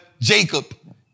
Jacob